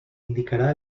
indicarà